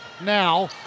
Now